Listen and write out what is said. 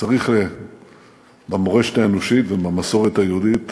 צריך במורשת האנושית ובמסורת היהודית